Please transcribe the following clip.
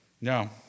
No